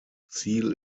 ziel